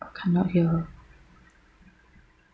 cannot hear